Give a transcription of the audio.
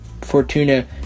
Fortuna